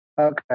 okay